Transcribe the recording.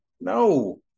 No